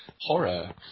horror